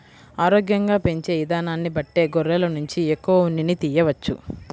ఆరోగ్యంగా పెంచే ఇదానాన్ని బట్టే గొర్రెల నుంచి ఎక్కువ ఉన్నిని తియ్యవచ్చు